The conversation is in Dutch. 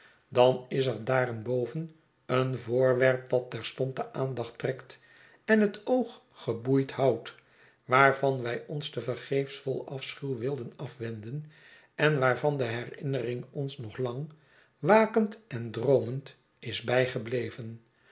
dan is er daarenboven een voorwerp dat terstond de aandacht trekt en het oog geboeid houdt waarvan wij ons te vergeefs vol afschuw wilden afwenden en waarvan de herinnering ons nog lang wakend en droomend is bijgebleven